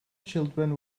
children